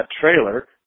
trailer